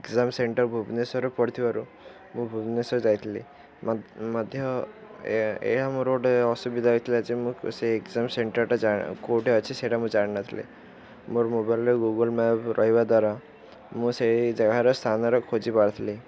exam centre ଭୁବନେଶ୍ୱରରେ ପଡ଼ିଥିବାରୁ ମୁଁ ଭୁବନେଶ୍ୱର ଯାଇଥିଲି ମଧ୍ୟ ଏହା ମୋର ଗୋଟେ ଅସୁବିଧା ହେଇଥିଲା ଯେ ମୁଁ ସେ ଏଗ୍ଜାମ୍ ସେଣ୍ଟର୍ଟା କେଉଁଠି ଅଛି ସେଇଟା ମୁଁ ଜାଣିନଥିଲି ମୋର ମୋବାଇଲରେ ଗୁଗୁଲ୍ ମ୍ୟାପ୍ ରହିବା ଦ୍ୱାରା ମୁଁ ସେଇ ଜାଗାର ସ୍ଥାନର ଖୋଜି ପାରିଥିଲି